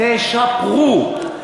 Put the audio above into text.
תשפרו.